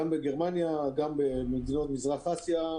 בשל אנשים שנכנסו בכל מיני סיבות גם במדינות מזרח אסיה.